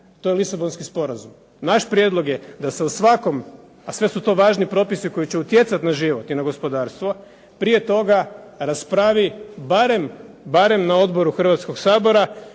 To je Lisabonski sporazum. Naš prijedlog je da se u svakom, a sve su to važni propisi koji će utjecati na život i gospodarstvo, prije toga raspravi barem na odboru Hrvatskog sabora